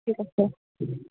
ঠিক আছে